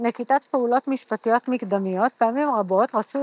נקיטת פעולות משפטיות מקדמיות – פעמים רבות רצוי